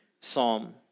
Psalm